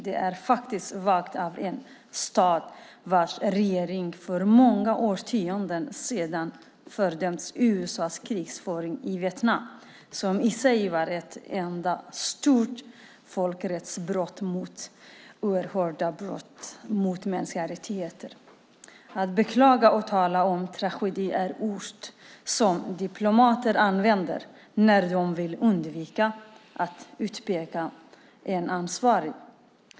Det är faktiskt vagt av en stat vars regering för många årtionden sedan fördömde USA:s krigföring i Vietnam, som i sig var ett oerhört brott mot mänskliga rättigheter. Att beklaga och tala om tragedi är något som diplomater gör när de vill undvika att utpeka en ansvarig.